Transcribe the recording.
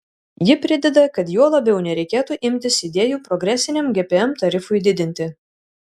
ji prideda kad juo labiau nereikėtų imtis idėjų progresiniam gpm tarifui didinti